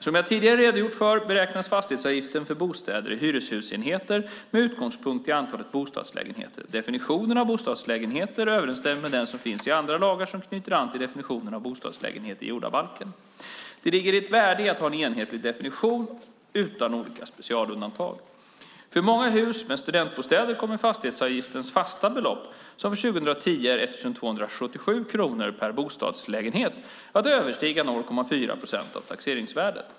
Som jag tidigare redogjort för beräknas fastighetsavgiften för bostäder i hyreshusenheter med utgångspunkt i antalet bostadslägenheter. Definitionen av bostadslägenheter överensstämmer med den som finns i andra lagar som knyter an till definitionen av bostadslägenhet i jordabalken. Det ligger ett värde i att ha en enhetlig definition utan olika specialundantag. För många hus med studentbostäder kommer fastighetsavgiftens fasta belopp, som för 2010 är 1 277 kronor per bostadslägenhet, att överstiga 0,4 procent av taxeringsvärdet.